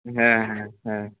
হ্যাঁ হ্যাঁ হ্যাঁ